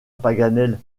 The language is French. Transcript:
paganel